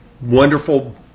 wonderful